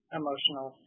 emotional